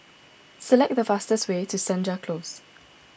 select the fastest way to Senja Close